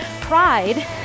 Pride